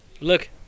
Look